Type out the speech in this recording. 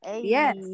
yes